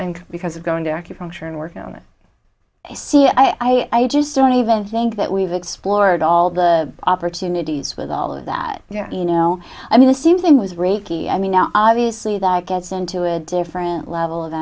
and because of going to acupuncture and working on it i see i just don't even think that we've explored all the opportunities with all of that you know i mean the same thing was reiki i mean obviously that gets into a different level of